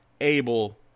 able